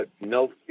no